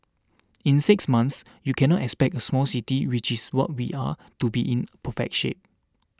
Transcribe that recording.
in six months you cannot expect a small city which is what we are to be in perfect shape